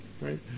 right